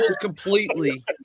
completely